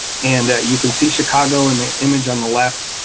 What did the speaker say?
and that you can see chicago and the image on the left,